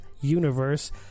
Universe